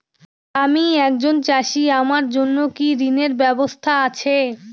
আমি একজন চাষী আমার জন্য কি ঋণের ব্যবস্থা আছে?